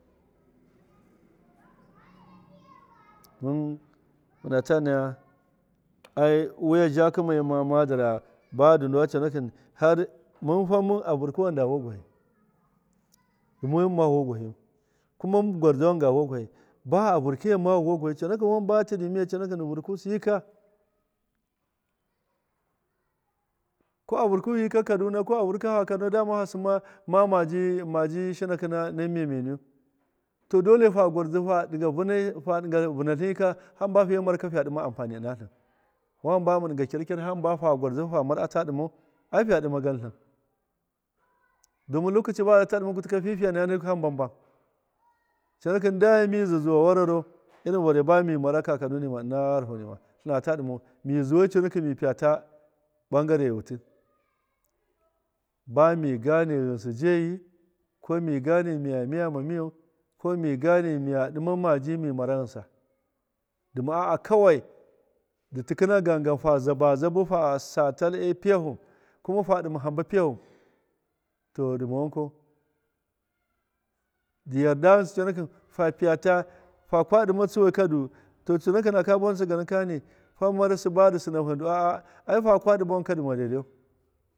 mun munata naya wiya naaki muyi muda ra buduwa coonaki har munfa mun a vuukan awawagwani ndidu wai mama vuuwa gwahiya kuma mu gwarzau wan ndaa vuuwagwahi don a vurkgyata vuwa gwahi coonaki wamba tadu miya a vur kusu jika ko a vurkuhu jika ko a vurkuhu jika kaduna ko a vrkuhu yika kano dama fa ginms ma maji shinakina mdmdni to dole fuu faa gwarzuhu fadi ga fa diga vuunatlin yika hamba fiiba mara fiiya dima anfani ina tlin domin lokaci badata diga kutika hada hamba ban coonaki diya mizuwa warharo irin bamiya mara kaka nunima ina gharoho nima tlinta dimau mi zuwan coonaki mifiyatu bangard wuti bumiganand ghinsi daayi ko mi gand miya miyama miyau ko miyand miya dima ji mi mara ghinsa nduma aa kawai ndu tikina gangan kawai faa zabazabu faasai tal afiiyahu kuma fadime hamba fiiya hu to ndimu wankau ndiyadda ghinsi coonaki ta fiiyatu taka fiiya tsuwa ka ndu coonaki naka tsiganakani fa mara siba ndu sinshu ndu aa ai saka dima wanka nduma daidaiyu.